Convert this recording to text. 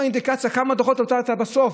אם האינדיקציה היא כמה דוחות נתת בסוף,